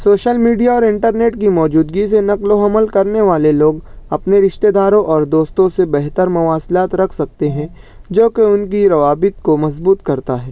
social media اور internet کی موجودگی سے نقل و حمل کرنے والے لوگ اپنے رشتہ داروں اور دوستوں سے بہتر مواصلات رکھ سکتے ہیں جوکہ ان کی روابط کو مضبوط کرتا ہے